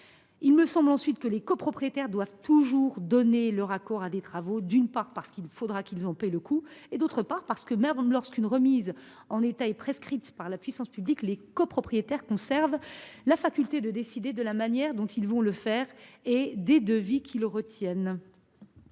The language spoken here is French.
il me semble nécessaire que les copropriétaires donnent toujours leur accord à des travaux, d’une part, parce qu’il faudra qu’ils en assument le coût et, d’autre part, parce que, même lorsqu’une remise en état est prescrite par la puissance publique, les copropriétaires conservent la faculté de décider de la manière dont ils vont procéder et de choisir entre les